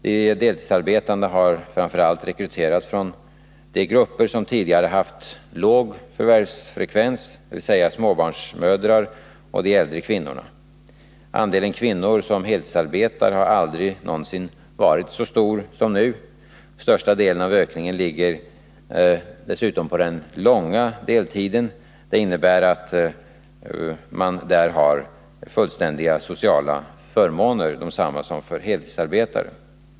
De deltidsarbetande har framför allt rekryterats från de grupper som tidigare uppvisat låg förvärvsfrekvens, dvs. småbarnsmödrar och de äldre kvinnorna. Andelen kvinnor som heltidsarbetar har aldrig någonsin varit så stor som nu. Största andelen av ökningen ligger dessutom på den långa deltiden. Det innebär att man där har fullständiga sociala förmåner — desamma som för heltidsarbetande.